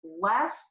less